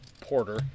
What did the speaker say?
Porter